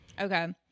Okay